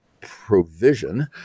provision